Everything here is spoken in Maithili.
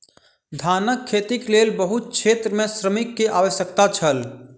धानक खेतीक लेल बहुत क्षेत्र में श्रमिक के आवश्यकता छल